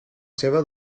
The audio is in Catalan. seva